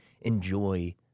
enjoy